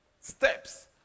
steps